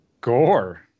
Gore